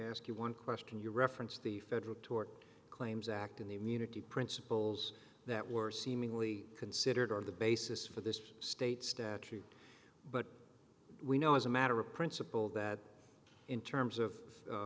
ask you one question you referenced the federal tort claims act in the immunity principles that were seemingly considered are the basis for this state statute but we know as a matter of principle that in terms of